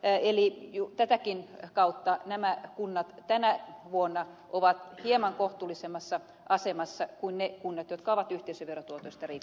eli tätäkin kautta nämä kunnat tänä vuonna ovat hieman kohtuullisemmassa asemassa kuin ne kunnat jotka ovat yhteisöverotuotoista riippuvaisia